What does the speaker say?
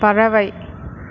பறவை